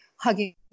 hugging